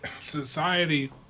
society